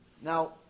Now